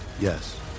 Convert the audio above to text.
Yes